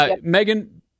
Megan